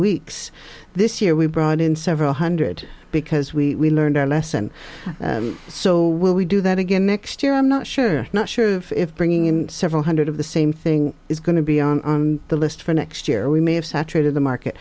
weeks this year we brought in several hundred because we learned our lesson so will we do that again next year i'm not sure not sure if bringing in several hundred of the same thing is going to be on the list for next year we may have saturated the market